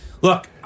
look